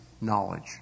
knowledge